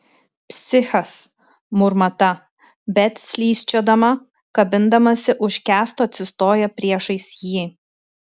psichas murma ta bet slysčiodama kabindamasi už kęsto atsistoja priešais jį